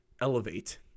elevate